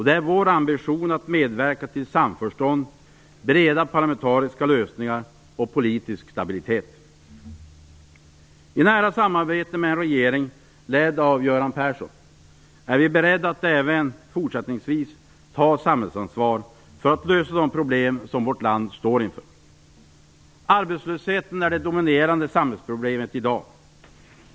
Det är vår ambition att medverka till samförstånd, breda parlamentariska lösningar och politisk stabilitet. I nära samarbete med en regering ledd av Göran Persson är vi beredda att även fortsättningsvis ta samhällsansvar för att lösa de problem som vårt land står inför. Arbetslösheten är det dominerande samhällsproblemet i dag.